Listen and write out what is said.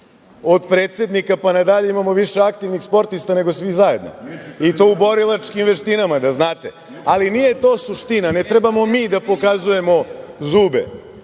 od predsednika pa na dalje imamo više aktivnih sportista nego svi zajedno i to u borilačkim veštinama, da znate. Ali, nije to suština, ne trebamo mi da pokazujemo zube,